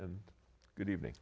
and good evening